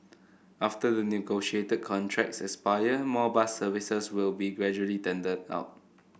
after the negotiated contracts expire more bus services will be gradually tendered out